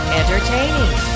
entertaining